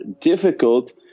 difficult